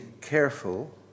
careful